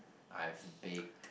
I've baked